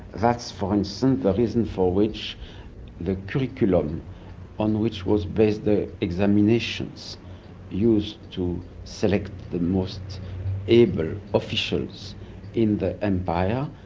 that's for instance the reason for which the curriculum on which was based the examinations used to select the most able officials in the empire.